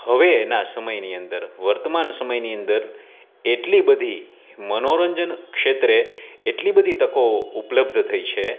હવેનાં સમયની અંદર વર્તમાન સમયની અંદર એટલી બધી મનોરંજન ક્ષેત્રે એટલી બધી તકો ઉપલબ્ધ થઈ છે